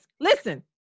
Listen